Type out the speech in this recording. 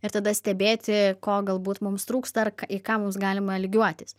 ir tada stebėti ko galbūt mums trūksta ar į ką mums galima lygiuotis